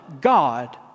God